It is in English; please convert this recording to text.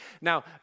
Now